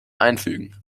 einfügen